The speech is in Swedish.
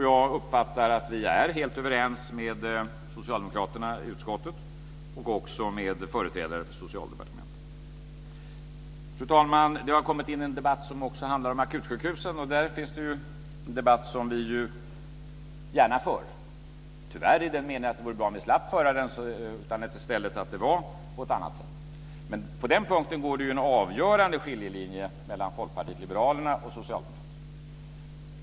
Jag uppfattar att vi är helt överens med socialdemokraterna i utskottet och också med företrädare för Socialdepartementet. Fru talman! Det har också kommit in en debatt som handlar om akutsjukhusen. Det är en debatt som vi gärna för - tyvärr i den meningen att det vore bra om vi slapp föra den utan att det i stället var på ett annat sätt. Men på den punkten går det en avgörande skiljelinje mellan Folkpartiet liberalerna och Socialdemokraterna.